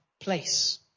place